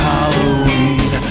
Halloween